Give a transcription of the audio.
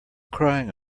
crying